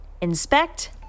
Inspect